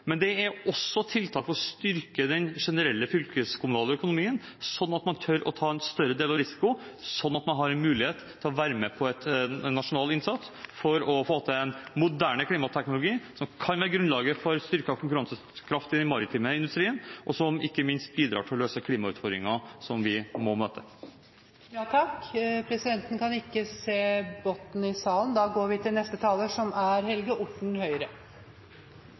også om tiltak for å styrke den generelle fylkeskommunale økonomien, slik at man tør å ta en større del av risikoen, slik at man har mulighet til å være med på en nasjonal innsats for å få til en moderne klimateknologi som kan være grunnlaget for styrket konkurransekraft i den maritime industrien, og som ikke minst bidrar til å løse klimautfordringene som vi må møte. Det er godt å se at det er stor enighet om mange av de viktige grepene for å gjøre transportsektoren mer miljøvennlig. Etter min mening er